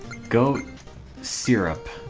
goat syrup